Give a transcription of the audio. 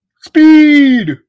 Speed